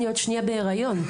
אני עוד שניה בהריון.